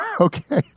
Okay